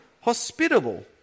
hospitable